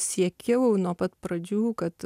siekiau nuo pat pradžių kad